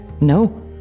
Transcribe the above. No